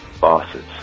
bosses